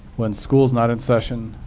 when school's not in session,